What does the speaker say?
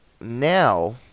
now